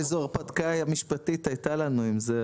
איזו הרפתקה משפטית הייתה לנו עם זה,